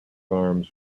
arms